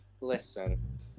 listen